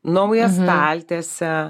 naują staltiesę